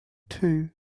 two